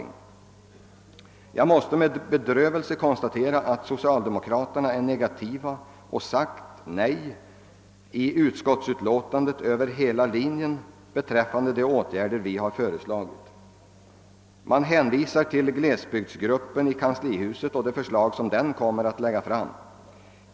Jag måste emellertid med bedrövelse konstatera att socialdemokraterna är negativa och i utskottsutlåtandet över hela linjen har sagt nej till de åtgärder vi föreslagit. Man hänvisar till glesbygdsgruppen inom kanslihuset och till de förslag som denna kommer att lägga fram.